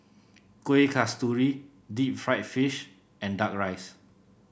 Kueh Kasturi Deep Fried Fish and duck rice